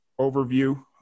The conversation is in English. overview